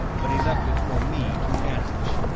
but he left it for me to manage,